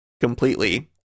completely